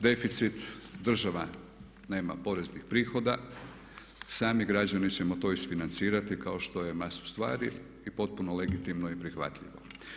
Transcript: Deficit država nema poreznih prihoda, sami građani ćemo to isfinancirati kao što je masu stvari i potpuno legitimno i prihvatljivo.